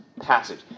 passage